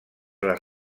les